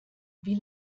wie